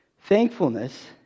Thankfulness